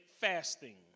fasting